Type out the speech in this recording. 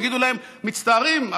יגידו להם: מצטערים,